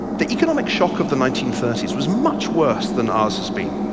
the economic shock of the nineteen thirty s was much worse than ours has been.